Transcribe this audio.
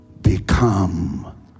become